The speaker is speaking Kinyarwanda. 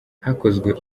hakozwe